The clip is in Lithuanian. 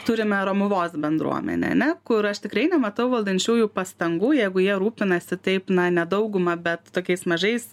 turime romuvos bendruomenę ane kur aš tikrai nematau valdančiųjų pastangų jeigu jie rūpinasi taip na ne dauguma bet tokiais mažais